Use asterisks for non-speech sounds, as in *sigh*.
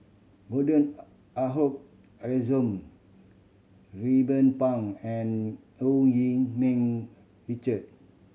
Gordon *unintelligible* Ransome Ruben Pang and *unintelligible* Yee Ming Richard